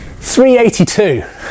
382